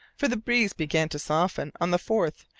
for the breeze began to soften on the fourth,